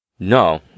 No